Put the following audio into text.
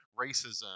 racism